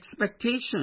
expectation